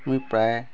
প্ৰায়